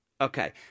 Okay